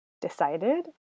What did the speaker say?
decided